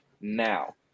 now